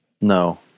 No